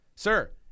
Sir